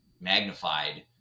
magnified